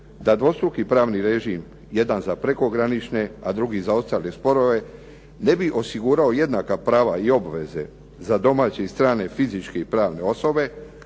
da dvostruki pravni režim jedan za prekogranične a drugi za ostale sporove ne bi osigurao jednaka prava i obveze za domaće i strane fizičke i pravne osobe,